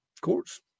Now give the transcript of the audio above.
courts